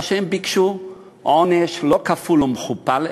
אלא שהם ביקשו עונש לא כפול ומכופל,